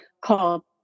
called